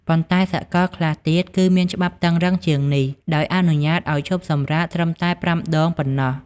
ប៉ុន្តែ សកលខ្លះទៀតគឺមានច្បាប់តឹងរឹងជាងនេះ ដោយអនុញ្ញាតអោយឈប់សម្រាកត្រឹមតែ ៥ ដង ប៉ុណ្ណោះ។